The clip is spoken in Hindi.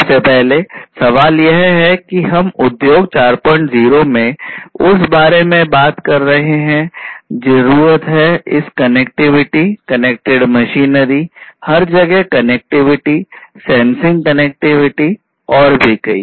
सबसे पहले सवाल यह है कि हम उद्योग 40 में उस बारे में बात कर रहे हैं ज़रुरत है इस कनेक्टिविटी कनेक्टेड मशीनरी और भी कई